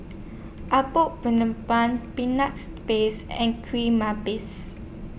Apom Peanuts Paste and Kueh